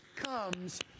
comes